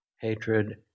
hatred